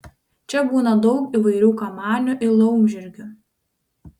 čia būna daug įvairių kamanių ir laumžirgių